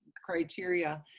criteria,